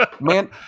man